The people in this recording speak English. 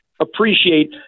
appreciate